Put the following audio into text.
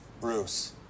Bruce